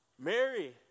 Mary